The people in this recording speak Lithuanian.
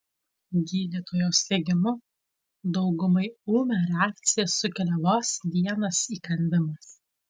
gydytojos teigimu daugumai ūmią reakciją sukelia vos vienas įkandimas